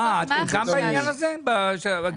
אה אתם גם בעניין הזה באגף תקציבים?